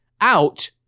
out